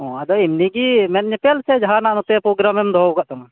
ᱦᱚᱸ ᱟᱫᱚ ᱤᱢᱱᱤᱜᱤ ᱢᱮᱫ ᱧᱮᱯᱮᱞ ᱥᱮ ᱡᱟᱦᱟᱱᱟᱜ ᱱᱚᱛᱮ ᱯᱨᱳᱜᱨᱟᱢ ᱢᱮᱢ ᱫᱚᱦᱚᱣᱟᱠᱟᱫ ᱛᱟᱢᱟ